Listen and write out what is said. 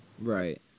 Right